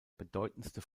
bedeutendste